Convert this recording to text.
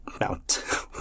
Mount